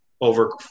over